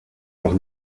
noch